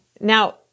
Now